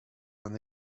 and